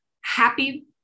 happy